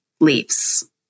leaves